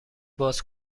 باز